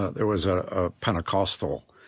there was a pentecostal,